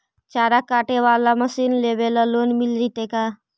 चारा काटे बाला मशीन लेबे ल लोन मिल जितै का?